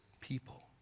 people